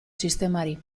sistemari